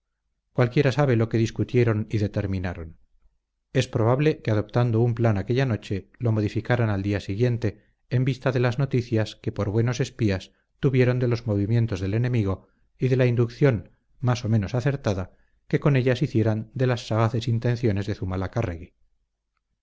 cualquiera sabe lo que discutieron y determinaron es probable que adoptado un plan aquella noche lo modificaran al día siguiente en vista de las noticias que por buenos espías tuvieron de los movimientos del enemigo y de la inducción más o menos acertada que con ellas hicieran de las sagaces intenciones de